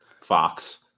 Fox